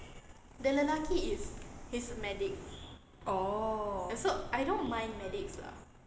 oh